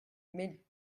mais